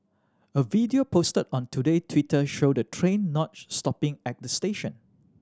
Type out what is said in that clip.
a video posted on Today Twitter showed the train not stopping at the station